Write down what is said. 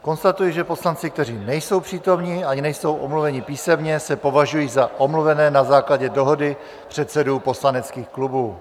Konstatuji, že poslanci, kteří nejsou přítomni ani nejsou omluveni písemně, se považují za omluvené na základě dohody předsedů poslaneckých klubů.